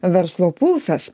verslo pulsas